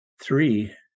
Three